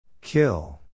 Kill